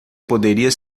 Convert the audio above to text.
poderia